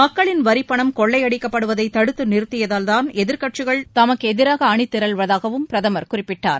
மக்களின் வரிப் பணம் கொள்ளை அடிக்கப்படுவதை தடுத்து நிறுத்தியதால்தான் எதிர்க்கட்சிகள் தமக்கு எதிராக அணி திரள்வதாகவும் பிரதமர் குறிப்பிட்டார்